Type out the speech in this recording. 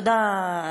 תודה,